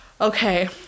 okay